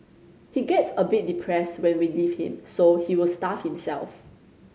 he gets a bit depressed when we leave him so he will starve himself